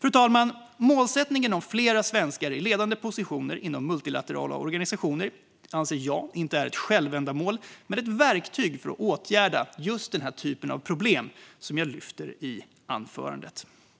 Fru talman! Målsättningen om fler svenskar i ledande positioner inom multilaterala organisationer är inte, anser jag, ett självändamål utan ett verktyg för att åtgärda just den typ av problem som jag lyfter i mitt anförande.